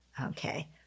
Okay